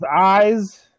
eyes